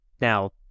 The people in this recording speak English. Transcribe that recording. Now